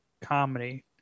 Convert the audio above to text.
comedy